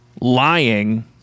lying